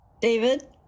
David